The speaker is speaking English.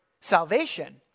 salvation